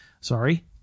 sorry